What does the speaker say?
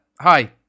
hi